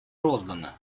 розданы